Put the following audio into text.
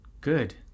good